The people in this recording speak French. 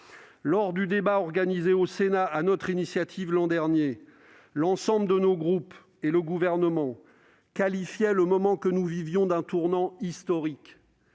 Lors du débat organisé au Sénat sur notre initiative l'an dernier, l'ensemble de nos groupes, et le Gouvernement, qualifiaient le moment que nous vivions de « tournant historique